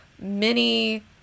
mini